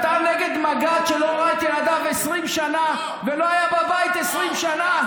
אתה נגד מג"ד שלא ראה את ילדיו 20 שנה ולא היה בבית 20 שנה,